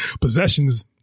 possessions